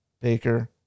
Baker